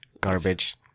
garbage